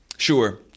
Sure